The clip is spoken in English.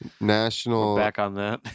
national